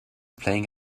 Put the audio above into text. playing